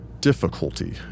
Difficulty